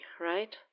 right